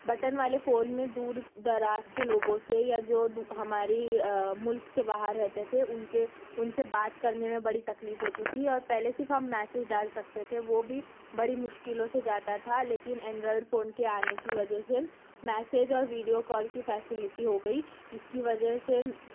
button والے phone میں دور دراز کے لوگوں سے یا جو دو ہمارے ملک سے باہر رہتے تھے ان کے ان سے بات کرنے میں بڑی تکلیف ہوتی تھی اور پہلے صرف ہم میسج ڈال سکتے تھے وہ بھی بڑی مشکلوں سے جاتا تھا لیکن اینڈرائڈ فون کے آنے کی وجہ سے میسج اور ویڈیو کال کی فیسلٹی ہو گئی اس کی وجہ سے